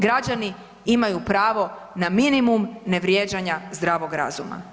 Građani imaju pravo na minimum ne vrijeđanja zdravog razuma.